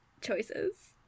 choices